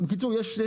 למשל.